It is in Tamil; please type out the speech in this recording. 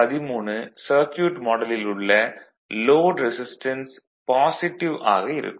13 சர்க்யூட் மாடலில் உள்ள லோட் ரெசிஸ்டன்ஸ் பாசிட்டிவ் ஆக இருக்கும்